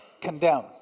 condemn